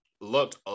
looked